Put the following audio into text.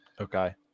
okay